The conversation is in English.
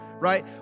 Right